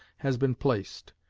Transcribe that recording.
has been placed.